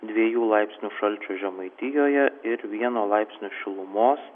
dviejų laipsnių šalčio žemaitijoje ir vieno laipsnio šilumos